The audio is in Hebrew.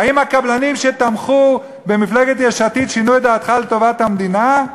האם הקבלנים שתמכו במפלגת יש עתיד שינו את דעתך על טובת המדינה?